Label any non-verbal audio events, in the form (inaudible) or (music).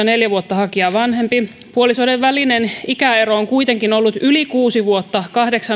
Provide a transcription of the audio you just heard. (unintelligible) neljä vuotta hakijaa vanhempi puolisoiden välinen ikäero on kuitenkin ollut yli kuusi vuotta